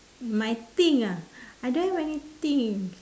my thing ah I don't have any thing